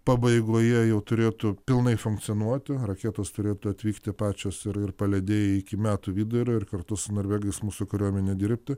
pabaigoje jau turėtų pilnai funkcionuoti raketos turėtų atvykti pačios ir ir palydėję iki metų vidurio ir kartu su norvegais mūsų kariuomenė dirbtų